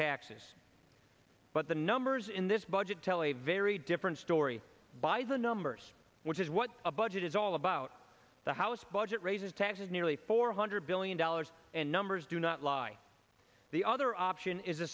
taxes but the numbers in this budget tell a very different story by the numbers which is what a budget is all about the house budget raises taxes nearly four hundred billion dollars and numbers do not lie the other option is the